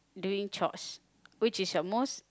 doing chores which is your most